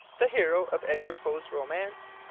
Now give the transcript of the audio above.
the hero of edgar poe's romance?